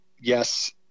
yes